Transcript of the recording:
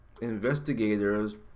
investigators